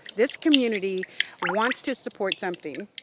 this community wants to support something.